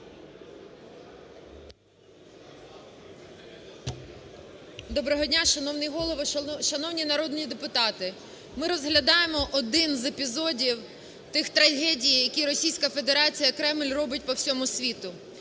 Доброго дня, шановний Голово, шановні народні депутати. Ми розглядаємо один з епізодів тих трагедій, які Російська Федерація, Кремль робить по всьому світу.